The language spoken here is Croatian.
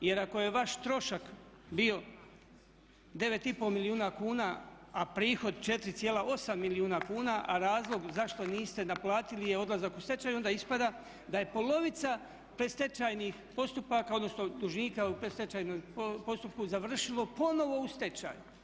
Jer ako je vaš trošak bio 9,5 milijuna kuna a prihod 4,8 milijuna kuna, a razlog zašto niste naplatili je dolazak u stečaj onda ispada da je polovica predstečajnih postupaka odnosno dužnika u predstečajnom postupku završilo ponovno u stečaju.